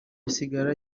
isigara